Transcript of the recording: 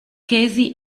casey